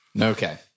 Okay